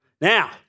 now